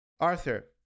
Arthur